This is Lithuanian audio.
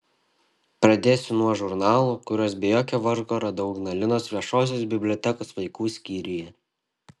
pradėsiu nuo žurnalų kuriuos be jokio vargo radau ignalinos viešosios bibliotekos vaikų skyriuje